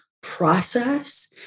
process